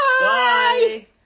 Bye